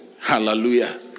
Hallelujah